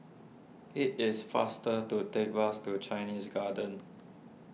it is faster to take bus to Chinese Garden